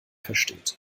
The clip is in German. versteht